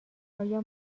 آیا